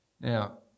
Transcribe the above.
Now